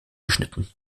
geschnitten